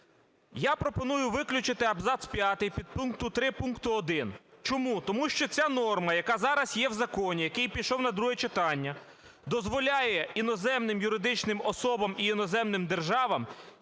Я пропоную виключити абзац 5 підпункту 3 пункту 1. Чому? Тому що ця норма, яка зараз є в законі, який пішов на друге читання, дозволяє іноземним юридичним особам і іноземним державам